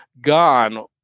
Gone